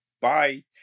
bye